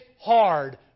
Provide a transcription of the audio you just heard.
hard